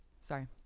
Sorry